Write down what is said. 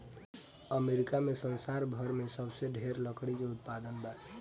America में संसार भर में सबसे ढेर लकड़ी के उत्पादन बा